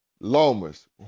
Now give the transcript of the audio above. Lomas